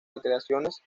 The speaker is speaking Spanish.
creaciones